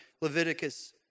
Leviticus